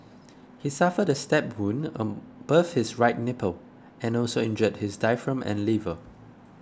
he suffered a stab wound above his right nipple and also injured his diaphragm and liver